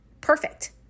perfect